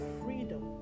freedom